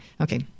Okay